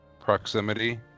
proximity